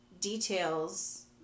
details